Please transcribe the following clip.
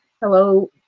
Hello